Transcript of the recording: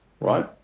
right